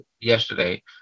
yesterday